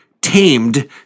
tamed